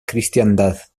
cristiandad